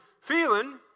feeling